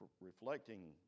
reflecting